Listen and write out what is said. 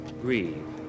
grieve